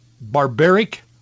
barbaric